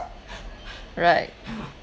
right